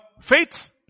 faith